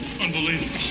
Unbelievable